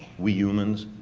we humans,